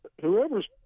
whoever's